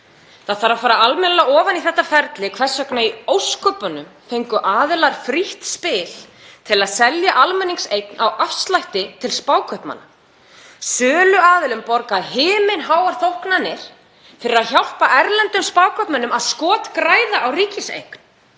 Það þarf að fara almennilega ofan í þetta ferli. Hvers vegna í ósköpunum fengu aðilar frítt spil til að selja almenningseign á afslætti til spákaupmanna, söluaðilum borgaðar himinháar þóknanir fyrir að hjálpa erlendum spákaupmönnum að skotgræða á ríkiseign?